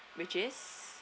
which is